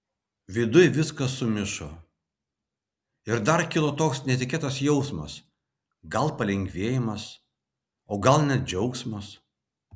viduj viskas sumišo ir dar kilo toks netikėtas jausmas gal palengvėjimas o gal net džiaugsmas